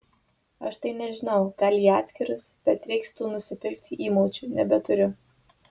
aš tai nežinau gal į atskirus bet reiks tų nusipirkti įmaučių nebeturiu